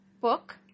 book